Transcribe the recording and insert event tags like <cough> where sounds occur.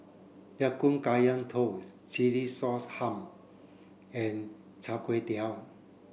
Ya Kun Kaya Toast Chilli Sauce <unintelligible> and Chai Kuay Tow